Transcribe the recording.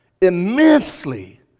immensely